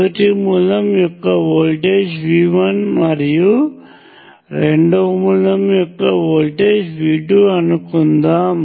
మొదటి మూలం యొక్క వోల్టేజ్ V1 మరియు రెండవ మూలం యొక్క వోల్టేజ్ V2 అని అనుకుందాం